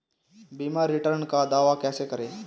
बीमा रिटर्न का दावा कैसे करें?